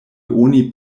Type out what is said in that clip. oni